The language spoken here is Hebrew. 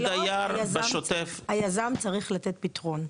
אני דייר בשוטף --- היזם צריך לתת פתרון.